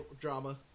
drama